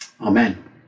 Amen